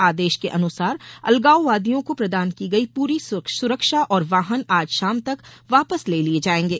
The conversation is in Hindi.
आदेश के अनुसार अलगाववादियों को प्रदान की गयी पूरी सुरक्षा और वाहन आज शाम तक वापस ले लिए जाएंगे